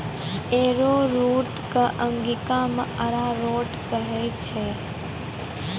arrowroot कॅ अंगिका मॅ अरारोट कहै छै